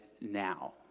now